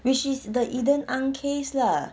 which is the eden ang case lah